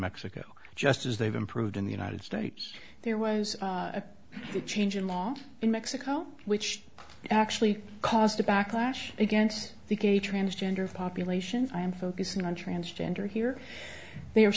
mexico just as they've improved in the united states there was a change in law in mexico which actually caused a backlash against the gay transgender populations i am focusing on transgender here they are